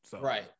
Right